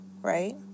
right